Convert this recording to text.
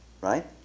Right